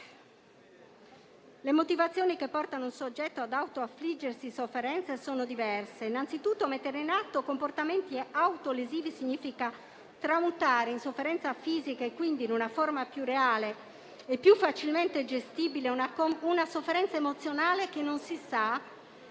Le motivazioni che portano un soggetto ad autoaffliggersi sofferenze sono diverse. Mettere in atto comportamenti autolesivi significa tramutare in sofferenza fisica e, quindi, in una forma più reale e più facilmente gestibile una sofferenza emozionale che non si sa